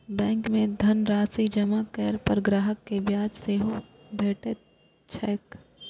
bank मे धनराशि जमा करै पर ग्राहक कें ब्याज सेहो भेटैत छैक